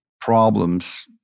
problems